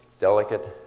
delicate